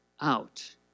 out